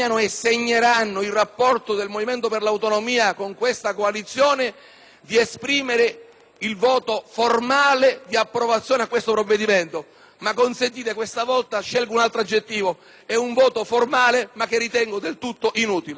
il voto formale di approvazione a questo provvedimento, ma consentitemi - questa volta scelgo un altro aggettivo - è un voto formale che ritengo assolutamente inutile.